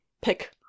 pick